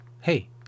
hey